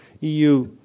EU